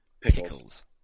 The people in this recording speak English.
Pickles